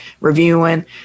reviewing